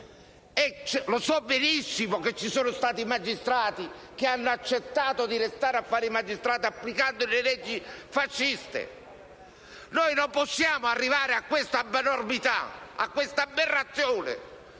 So benissimo che ci sono stati magistrati che hanno accettato di restare tali pur dovendo applicare le leggi fasciste. Noi non possiamo arrivare a questa abnormità, alla aberrazione